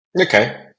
Okay